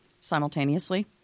simultaneously